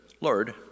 Lord